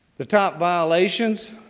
the top violations,